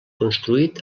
construït